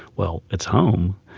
well, it's home,